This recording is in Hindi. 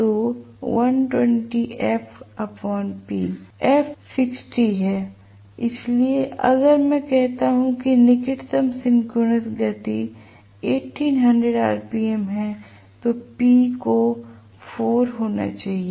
तो f 60 है इसलिए अगर मैं कहता हूं कि निकटतम सिंक्रोनस गति 1800 आरपीएम है तो p को 4 ध्रुव होना चाहिए